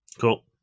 cool